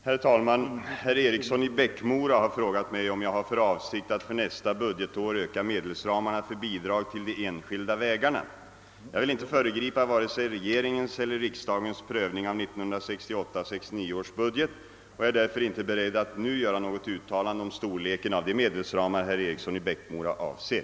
Herr talman! Herr Eriksson i Bäckmora har frågat mig om jag har för avsikt att för nästa budgetår öka medelsramarna för bidrag till de enskilda vägarna. Jag vill inte föregripa vare sig regeringens eller riksdagens prövning av 1968/69 års budget och är därför inte beredd att nu göra något uttalande om storleken av de medelsramar herr Eriksson i Bäckmora avser.